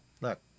look